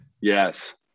Yes